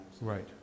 Right